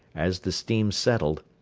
as the steam settled,